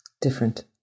different